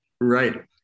Right